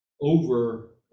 over